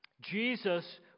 Jesus